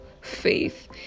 faith